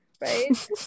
right